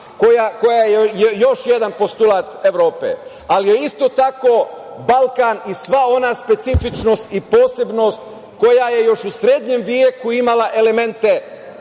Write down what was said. koja je još jedan postulat Evrope, ali je isto tako, Balkan i sva ona specifičnost i posebnost koja je još u srednjem veku imala elemente